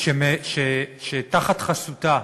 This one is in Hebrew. שתחת חסותה